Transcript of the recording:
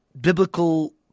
biblical